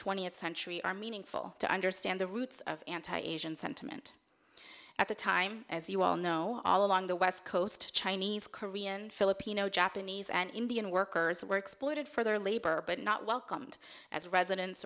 twentieth century are meaningful to understand the roots of anti asian sentiment at the time as you all know all along the west coast chinese korean filipino japanese and indian workers were exploited for their labor but not welcomed as residen